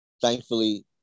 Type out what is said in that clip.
thankfully